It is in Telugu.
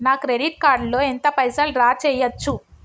నా క్రెడిట్ కార్డ్ లో ఎంత పైసల్ డ్రా చేయచ్చు?